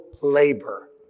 labor